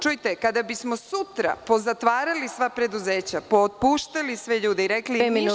Čujte, kada bismo sutra pozatvarali sva preduzeća, pootpuštali sve ljude i rekli – ništa se ne mrda.